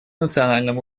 национальном